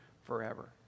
forever